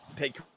Take